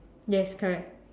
yes correct